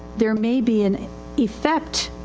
there may be an effect,